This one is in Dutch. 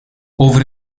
over